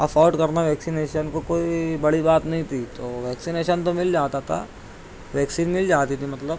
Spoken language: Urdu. افورڈ کرنا ویکسنیشن کو کوئی بڑی بات نہیں تھی تو ویکسنیشن تو مل جاتا تھا ویکسین مل جاتی تھی مطلب